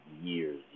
years